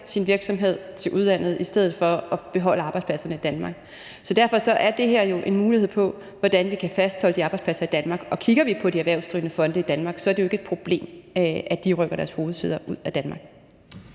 sin virksomhed til udlandet i stedet for at beholde arbejdspladserne i Danmark. Så derfor er det her jo en mulighed for, at vi kan fastholde de arbejdspladser i Danmark. Og kigger vi på de erhvervsdrivende fonde i Danmark, er det jo ikke et problem, at de rykker deres hovedsæder ud af Danmark.